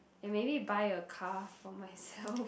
and maybe buy a car for myself